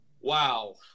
wow